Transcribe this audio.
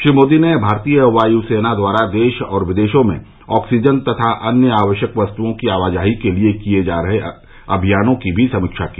श्री मोदी ने भारतीय वाय् सेना द्वारा देश और विदेशों में ऑक्सीजन तथा अन्य आवश्यक वस्तुओं की आवाजही के लिए किए जा रहे अभियानों की भी समीक्षा की